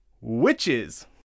witches